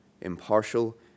impartial